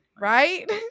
right